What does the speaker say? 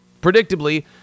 Predictably